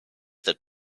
that